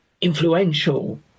influential